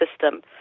system